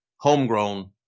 Homegrown